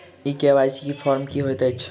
ई KYC form की हएत छै?